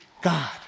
God